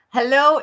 Hello